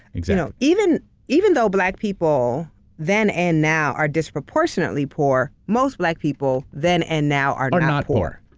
like so even even though black people then and now are disproportionately poor, most black people then and now are not poor.